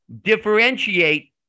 differentiate